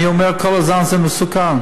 אני אומר כל הזמן: זה מסוכן.